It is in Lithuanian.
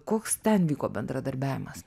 koks ten vyko bendradarbiavimas